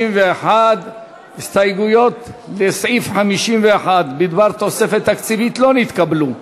61. ההסתייגויות לסעיף 51 בדבר תוספת תקציבית לא נתקבלו.